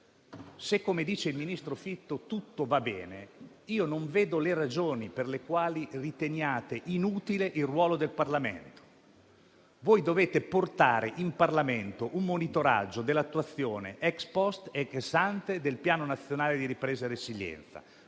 Se, come dice il ministro Fitto, tutto va bene, non vedo le ragioni per le quali riteniate inutile il ruolo del Parlamento. Dovete portare in Parlamento un monitoraggio dell'attuazione *ex post* ed *ex ante* del Piano nazionale di ripresa e resilienza.